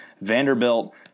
Vanderbilt